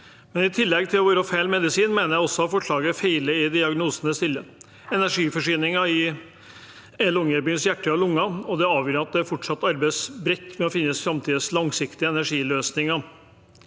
I tillegg til å være feil medisin mener jeg også at forslaget feiler i diagnosen det stiller. Energiforsyningen er Longyearbyens hjerte og lunger, og det er avgjørende at det fortsatt arbeides bredt med å finne framtidens langsiktige energiløsninger.